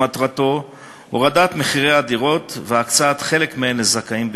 שמטרתה הורדת מחירי הדירות והקצאת חלק מהן לזכאים בלבד,